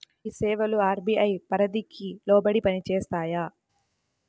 ఈ సేవలు అర్.బీ.ఐ పరిధికి లోబడి పని చేస్తాయా?